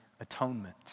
atonement